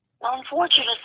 unfortunately